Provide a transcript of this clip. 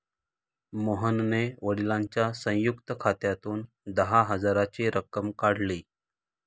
मोहनने वडिलांच्या संयुक्त खात्यातून दहा हजाराची रक्कम काढली